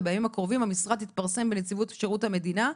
ובימים הקרובים המשרה תתפרסם בנציבות שירות המדינה,